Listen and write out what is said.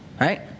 Right